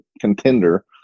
contender